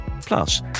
Plus